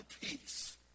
peace